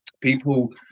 people